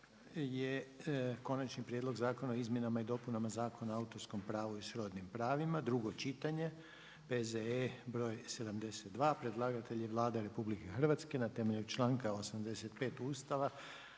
Konačni prijedlog zakona o izmjenama i dopunama Zakona o autorskom pravu i srodnim pravima, drugo čitanje, P.Z.E. br. 72. Predlagatelj je Vlada RH. Rasprava je zaključena. Amandman